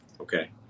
Okay